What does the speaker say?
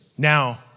Now